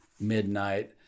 midnight